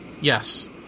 yes